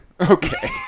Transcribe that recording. Okay